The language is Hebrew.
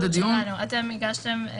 הדיון או בהקדם האפשרי לאחר הדיון או הגשת הבקשה,